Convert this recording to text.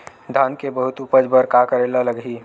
धान के बहुत उपज बर का करेला लगही?